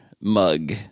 mug